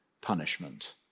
punishment